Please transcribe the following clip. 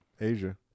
Asia